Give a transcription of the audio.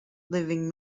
living